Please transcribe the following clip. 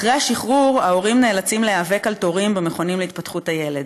אחרי השחרור ההורים נאלצים להיאבק על תורים במכונים להתפתחות הילד.